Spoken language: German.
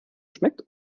schmeckt